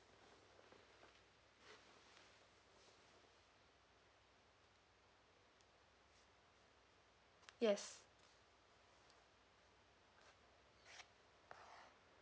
yes